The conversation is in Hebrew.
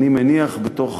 אני מניח, בתוך